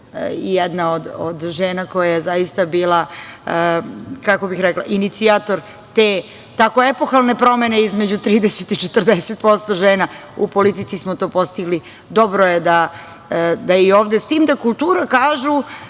jedna od žena koja je zaista bila, kako bih rekla, inicijator te tako epohalne promene između 30% i 40% žena. U politici smo to postigli. Dobro je da je ovde. S tim da kultura, kažu,